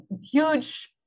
huge